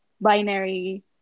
binary